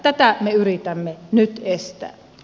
tätä me yritämme nyt estää